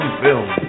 film